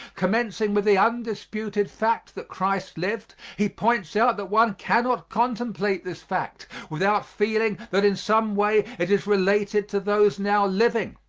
commencing with the undisputed fact that christ lived, he points out that one cannot contemplate this fact without feeling that in some way it is related to those now living.